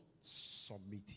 Submit